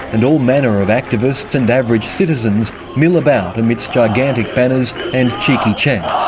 and all manner of activists and average citizens mill about amidst gigantic banners and cheeky chants.